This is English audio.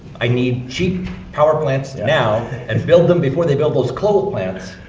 i need cheap power plants now. and build them before they build those coal plants.